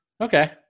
Okay